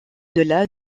delà